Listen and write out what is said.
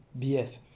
BS